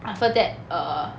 after that err